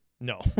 No